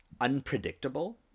unpredictable